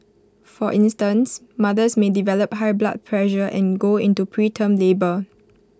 for instance mothers may develop high blood pressure and go into preterm labour